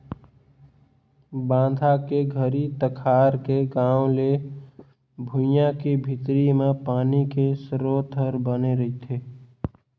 बांधा के घरी तखार के गाँव के भुइंया के भीतरी मे पानी के सरोत हर बने रहथे